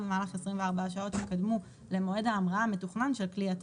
במהלך 24 השעות שקדמו למועד ההמראה המתוכנן של כלי הטיס."